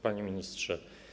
Panie Ministrze!